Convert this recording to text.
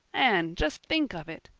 anne, just think of it!